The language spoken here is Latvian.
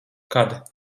kad